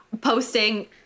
posting